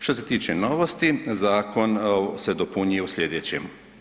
Što se tiče novosti, zakon se dopunjuje u slijedećem.